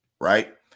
Right